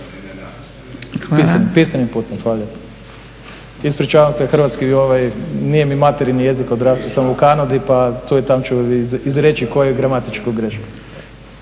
Pisanim putem. Hvala lijepa. Ispričavam se, hrvatski, nije mi materinji jezik, odrastao sam u Kanadi pa tu i tamo ću izreći koju gramatičku grešku.